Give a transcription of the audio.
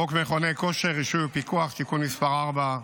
חוק מכוני כושר (רישוי ופיקוח) (תיקון מס' 4),